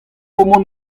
mont